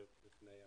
אני